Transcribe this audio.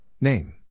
name